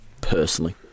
personally